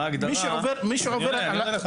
אני עונה לך.